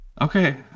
Okay